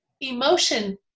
emotion